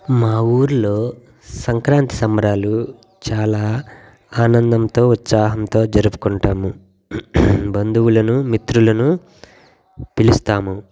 మా ఊళ్ళో సంక్రాంతి సంబరాలు చాలా ఆనందంతో ఉత్సాహంతో జరుపుకుంటాము బంధువులను మిత్రులను పిలుస్తాము